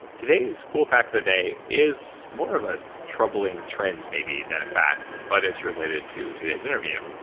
today's cool fact of the day is more of a troubling trend, maybe, than a fact, but it's related to today's interview.